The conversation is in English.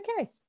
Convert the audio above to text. Okay